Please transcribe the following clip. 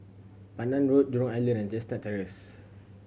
Pandan Road Jurong Island and Chestnut Terrace